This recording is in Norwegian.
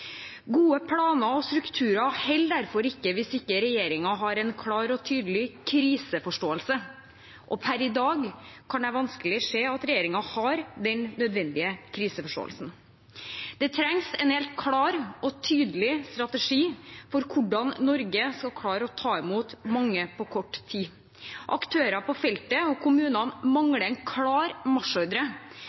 Gode planer og strukturer holder derfor ikke hvis ikke regjeringen har en klar og tydelig kriseforståelse. Per i dag kan jeg vanskelig se at regjeringen har den nødvendige kriseforståelsen. Det trengs en helt klar og tydelig strategi for hvordan Norge skal klare å ta imot mange på kort tid. Aktører på feltet og kommunene mangler en klar